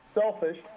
selfish